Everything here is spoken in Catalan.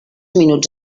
minuts